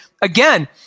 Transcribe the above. again